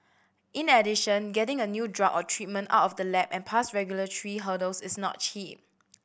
in addition getting a new drug or treatment out of the lab and past regulatory hurdles is not cheap